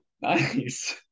Nice